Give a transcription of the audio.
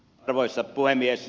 arvoisa puhemies